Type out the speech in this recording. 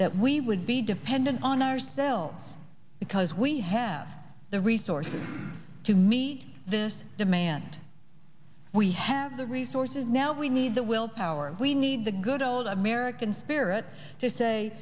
that we would be dependent on ourselves because we have the resources to meet this demand we have the resources now we need the willpower and we need the good old american spirit to say